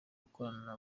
gukorana